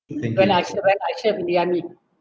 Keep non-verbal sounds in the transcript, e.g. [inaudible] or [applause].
[noise] when I still ran I the army